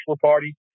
party